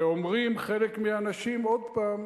ואומרים חלק מהאנשים, עוד פעם,